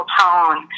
tone